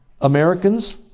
Americans